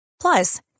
Plus